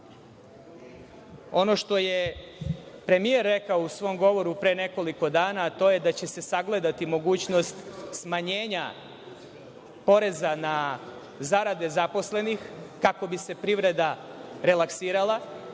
ono što je premijer rekao u svom govoru pre nekoliko dana, a to je da će se sagledati mogućnost smanjenja poreza na zarade zaposlenih kako bi se privreda relaksirala